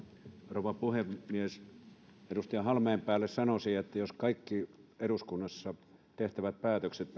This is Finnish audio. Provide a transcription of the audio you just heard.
rouva puhemies edustaja halmeenpäälle sanoisin että jos kaikki eduskunnassa tehtävät päätökset